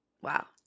wow